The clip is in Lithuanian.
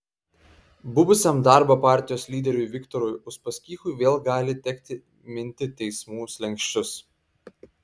buvusiam darbo partijos lyderiui viktorui uspaskichui vėl gali tekti minti teismų slenksčius